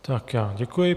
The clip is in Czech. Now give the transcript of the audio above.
Tak já děkuji.